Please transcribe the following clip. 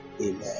Amen